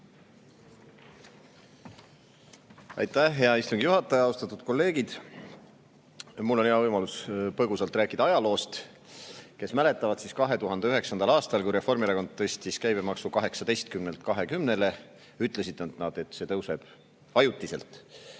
Aitäh, hea istungi juhataja! Austatud kolleegid! Mul on hea võimalus põgusalt rääkida ajaloost. Kui mäletate, siis 2009. aastal, kui Reformierakond tõstis käibemaksu 18%‑lt 20%‑le, ütlesid nad, et see tõuseb ajutiselt.